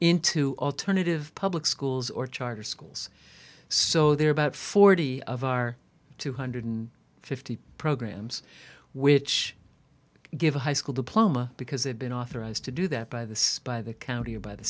into alternative public schools or charter schools so there are about forty of our two hundred and fifty programs which give a high school diploma because they've been authorized to do that by the by the county or by the